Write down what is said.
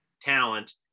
talent